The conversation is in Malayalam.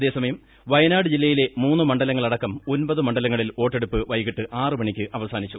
അതേസമയം വയനാട് ജില്ലയിലെ മൂന്ന് മണ്ഡലങ്ങൾ അടക്കം ഒമ്പത് മണ്ഡലങ്ങളിൽ വോട്ടെടുപ്പ് വൈകിട്ട് ആറ് മണിക്ക് അവസാനിച്ചു